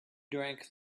drank